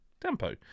tempo